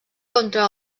contra